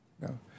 No